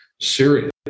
serious